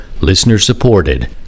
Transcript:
listener-supported